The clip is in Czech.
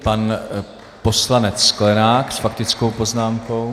Pan poslanec Sklenák s faktickou poznámkou.